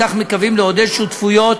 בכך מקווים לעודד שותפויות